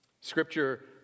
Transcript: Scripture